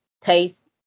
taste